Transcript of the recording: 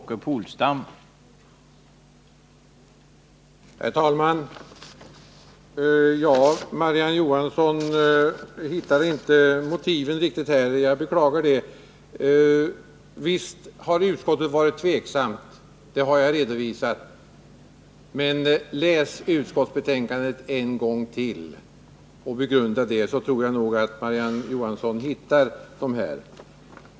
Herr talman! Marie-Ann Johansson har inte funnit några motiv för att tillstyrka propositionen. Jag beklagar det. Visst har utskottet varit tveksamt — det har jag redovisat. Men läs utskottsbetänkandet en gång till och begrunda det, Marie-Ann Johansson. Då tror jag att Marie-Ann Johansson hittar motiven.